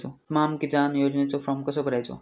स्माम किसान योजनेचो फॉर्म कसो भरायचो?